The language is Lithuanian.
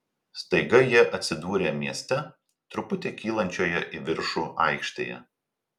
staiga jie atsidūrė mieste truputį kylančioje į viršų aikštėje